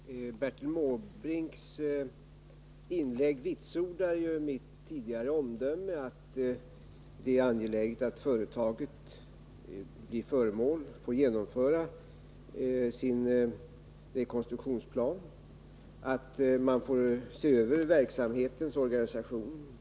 Herr talman! Bertil Måbrinks inlägg vitsordar mitt tidigare omdöme att det är angeläget att företaget får genomföra sin rekonstruktionsplan och göra en total översyn av verksamhetens organisation.